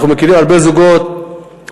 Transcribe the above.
ואנחנו מכירים הרבה זוגות בשמחה,